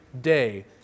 day